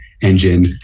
Engine